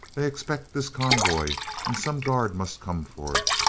they expect this convoy and some guard must come for it.